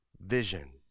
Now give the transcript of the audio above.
vision